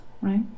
right